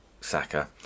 Saka